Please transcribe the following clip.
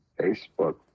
facebook